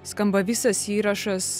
skamba visas įrašas